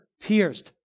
pierced